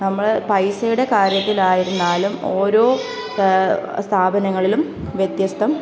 നമ്മൾ പൈസയുടെ കാര്യത്തിലായിരുന്നാലും ഓരോ സ്ഥാപനങ്ങളിലും വ്യത്യസ്തം